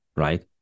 right